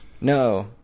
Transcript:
no